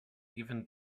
even